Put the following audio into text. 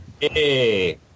hey